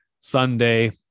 Sunday